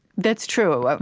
that's true,